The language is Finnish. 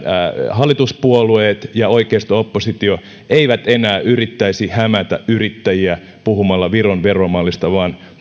hallituspuolueet ja oikeisto oppositio eivät enää yrittäisi hämätä yrittäjiä puhumalla viron veromallista vaan